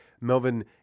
Melvin